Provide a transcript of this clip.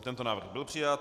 Tento návrh byl přijat.